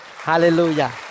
Hallelujah